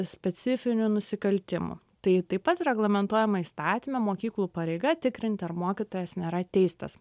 specifinių nusikaltimų tai taip pat reglamentuojama įstatyme mokyklų pareiga tikrinti ar mokytojas nėra teistas